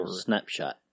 Snapshot